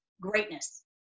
greatness